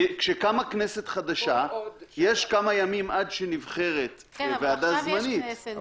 כשקמה כנסת חדשה יש כמה ימים עד שנבחרת ועדה זמנית.